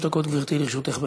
שלוש דקות, גברתי, לרשותך.